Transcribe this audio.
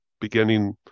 beginning